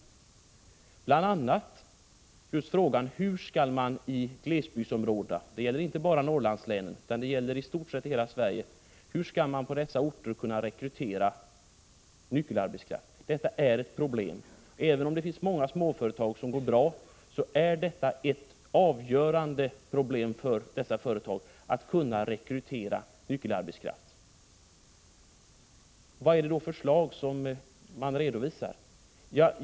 Det gäller bl.a. just frågan om hur man i glesbygden — inte bara i Norrlandslänen utan i stort sett i hela Sverige — skall kunna rekrytera s.k. nyckelarbetskraft. Även om det finns många småföretag som går bra, är ett avgörande problem för dessa att kunna rekrytera nyckelarbetskraft. Vad är det då för förslag man redovisar?